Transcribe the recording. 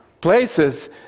places